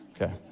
Okay